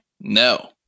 No